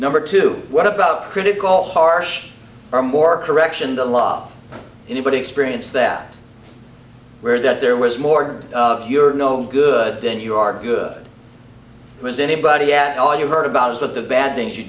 number two what about critical harsh or more correction the law anybody experience that where that there was more of your no good then you are good was anybody at all you heard about is what the bad things you